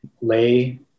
lay